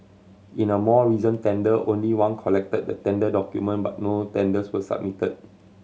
in a more recent tender only one collected the tender document but no tenders were submitted